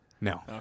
No